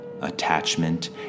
Attachment